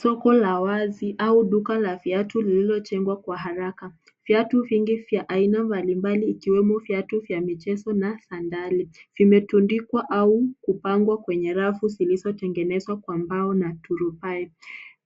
Soko la wazi au duka la viatu lililotengwa kwa haraka, viatu vingi vya aina mbalimbali ikiwemo viatu vya michezo na sandali vimetundikwa au kupangwa kwenye rafu zilizotengenezwa kwa mbao na turbai,